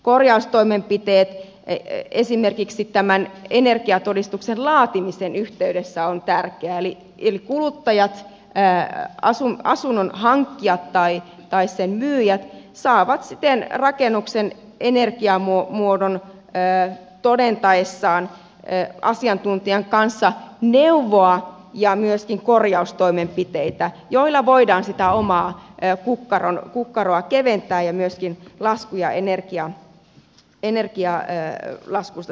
korjaustoimenpiteet esimerkiksi tämän energiatodistuksen laatimisen yhteydessä ovat tärkeät eli kuluttajat asunnon hankkijat tai sen myyjät saavat siten rakennuksen energiamuodon todentaessaan asiantuntijan kanssa neuvoa ja myöskin korjaustoimenpiteitä joilla voidaan sitä omaa kukkaroa keventää ja myöskin energialaskua sitten vähentää